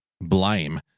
blame